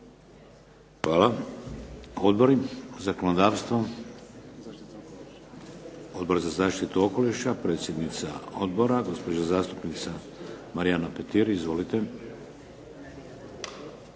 Hvala. Odbori za zakonodavstvo? Odbor za zaštitu okoliša, predsjednica odbora gospođa zastupnica Marijana Petir. Izvolite.